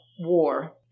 war